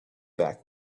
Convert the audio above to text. back